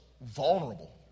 vulnerable